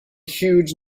huge